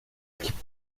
gibt